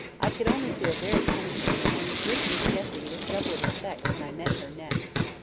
i could only feel very penitent, and greet miss jessie with double respect when i met her next.